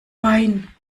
bein